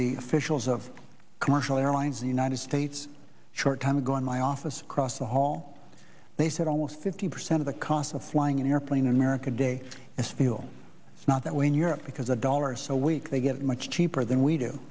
the officials of commercial airlines united states short time ago in my office across the hall they said almost fifty percent of the cost of flying an airplane in america today is fuel it's not that way in europe because the dollar is so weak they get much cheaper than we do